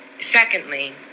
Secondly